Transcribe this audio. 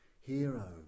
hero